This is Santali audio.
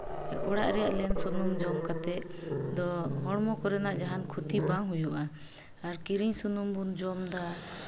ᱚᱲᱟᱜ ᱨᱮᱭᱟᱜ ᱞᱮᱱ ᱥᱩᱱᱩᱢ ᱡᱚᱢ ᱠᱟᱛᱮᱫ ᱫᱚ ᱦᱚᱲᱢᱚ ᱠᱚᱨᱮᱱᱟᱜ ᱡᱟᱦᱟᱱ ᱠᱷᱚᱛᱤ ᱵᱟᱝ ᱦᱩᱭᱩᱜᱼᱟ ᱟᱨ ᱠᱤᱨᱤᱧ ᱥᱩᱱᱩᱢ ᱵᱚᱱ ᱡᱚᱢᱫᱟ